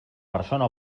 persona